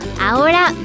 ahora